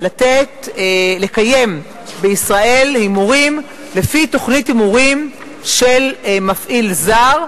לקיים בישראל הימורים לפי תוכנית הימורים של מפעיל זר,